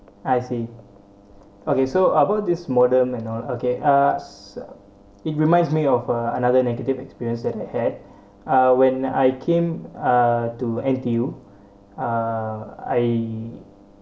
I see okay so about this modem and all okay uh it reminds me of a another negative experience that I had uh when I came uh to N_T_U uh I